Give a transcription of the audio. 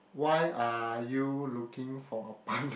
why are you looking for a partner